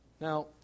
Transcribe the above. Now